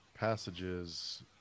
passages